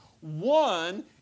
one